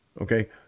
Okay